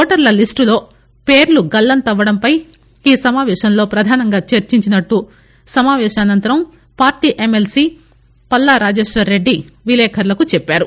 ఓటర్ల లిస్టులో పేర్లు గల్లంతవడంపై ఈ సమాపేశంలో ప్రధానంగా చర్సించినట్లు సమాపేశానంతరం పార్టీ ఎమ్మెల్సీ పల్లా రాజేశ్వర్ రెడ్డి విలేకరులకు చెప్పారు